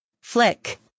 Flick